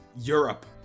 Europe